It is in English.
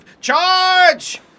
Charge